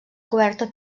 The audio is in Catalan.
coberta